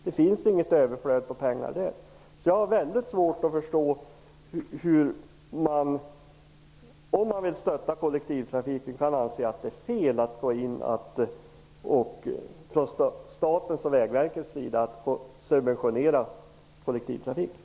Det finns inget överflöd på pengar där. Jag har mycket svårt att förstå hur man, om man vill stötta kollektivtrafiken, kan anse att det är fel att staten och Vägverket går in och subventionerar kollektivtrafiken.